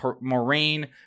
Moraine